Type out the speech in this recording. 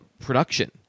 production